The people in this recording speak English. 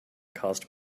cost